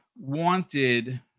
wanted